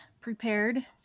prepared